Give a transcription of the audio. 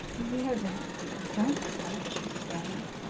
there, there, dear, don't fret, she stammered.